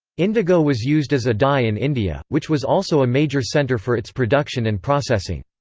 indigo was used as a dye in india, which was also a major center for its production and processing.